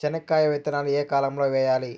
చెనక్కాయ విత్తనాలు ఏ కాలం లో వేయాలి?